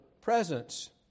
presence